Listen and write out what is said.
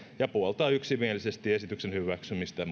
ja puoltaa yksimielisesti esityksen hyväksymistä